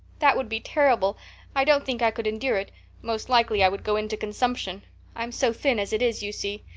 that would be terrible i don't think i could endure it most likely i would go into consumption i'm so thin as it is, you see.